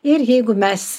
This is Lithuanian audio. ir jeigu mes